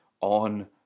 on